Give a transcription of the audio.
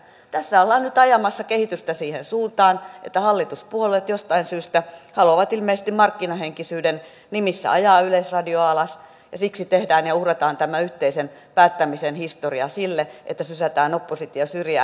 tässä ollaan nyt ajamassa kehitystä siihen suuntaan että hallituspuolueet jostain syystä haluavat ilmeisesti markkinahenkisyyden nimissä ajaa yleisradioa alas ja siksi tehdään ja uhrataan tämä yhteisen päättämisen historia sille että sysätään oppositio syrjään